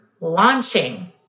launching